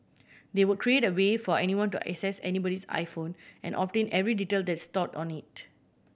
they would create a way for anyone to access anybody's iPhone and obtain every detail that's stored on it